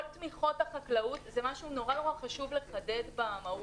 זה משהו שחשוב מאוד לחדד במהות,